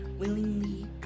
Willingly